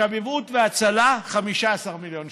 מכבאות וההצלה, 15 מיליון שקלים.